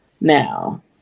now